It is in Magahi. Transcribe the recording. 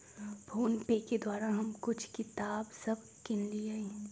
फोनपे के द्वारा हम कुछ किताप सभ किनलियइ